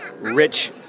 rich